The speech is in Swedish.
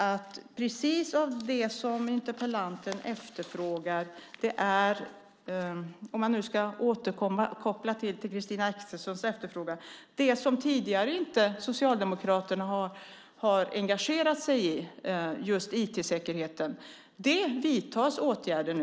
Det som interpellanten efterfrågar är, om man nu ska återkoppla till Christina Axelssons efterfrågan, det som Socialdemokraterna tidigare inte har engagerat sig i, nämligen IT-säkerheten. Det vidtas åtgärder nu.